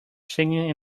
singing